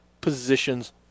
positions